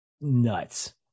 nuts